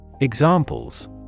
Examples